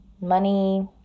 Money